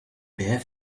bare